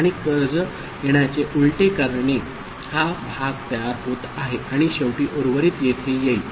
आणि कर्ज घेण्याचे उलटे करणे हा भाग तयार होत आहे आणि शेवटी उर्वरित येथे येईल